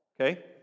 Okay